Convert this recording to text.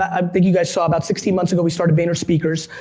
i think you guys saw, about sixteen months ago, we started vaynerspeakers.